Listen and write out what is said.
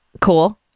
Cool